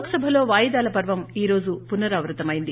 లోక్సభలోవాయిదాల పర్వం ఈ రోజు పునరావృతమైంది